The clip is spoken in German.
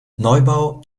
neubau